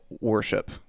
worship